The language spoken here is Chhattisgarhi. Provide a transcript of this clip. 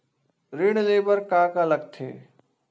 ऋण ले बर का का लगथे?